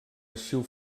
arxiu